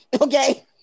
okay